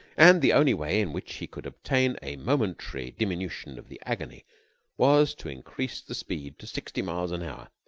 and the only way in which he could obtain a momentary diminution of the agony was to increase the speed to sixty miles an hour.